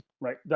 Right